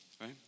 right